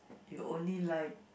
you only like